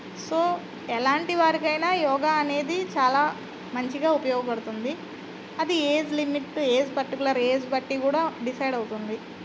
so ఎలాంటి వారికైనా యోగా అనేది చాలా మంచిగా ఉపయోగపడుతుంది అది age limit age particular age బట్టి కూడా డిసైడ్ అవుతుంది